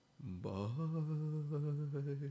Bye